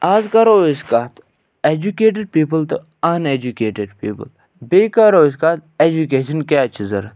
اَز کرو أسۍ کَتھ ایٚجوٗکیٹِڈ پیٖپُل تہٕ اَن ایٚجوٗکیٹِڈ پیٖپُل بیٚیہِ کَرو أسۍ کَتھ ایٚجوٗکیشَن کیٛاز چھِ ضروٗرت